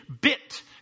bit